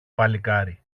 παλικάρι